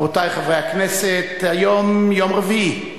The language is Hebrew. רבותי חברי הכנסת, היום יום רביעי,